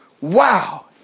Wow